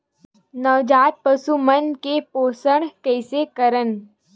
नवजात पशु मन के पोषण कइसे करन?